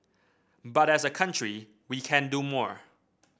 but as a country we can do more